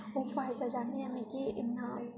ओह् फायदा जानियै मिगी इन्ना